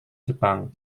jepang